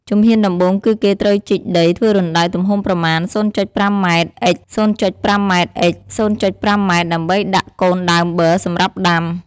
ជំហានដំបូងគឺគេត្រូវជីកដីធ្វើរណ្តៅទំហំប្រមាណ ០.៥ម x ០.៥ម x ០.៥ម ដើម្បីដាក់កូនដើមប័រសម្រាប់ដាំ។